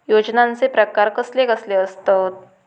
योजनांचे प्रकार कसले कसले असतत?